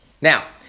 Now